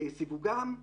סיווגם,